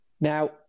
now